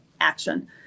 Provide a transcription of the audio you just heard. action